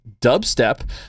Dubstep